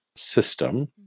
system